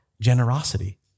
generosity